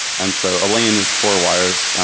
and so a lane is four wires.